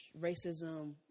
racism